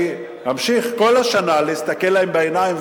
אני ממשיך כל השנה להסתכל להם בעיניים,